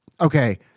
Okay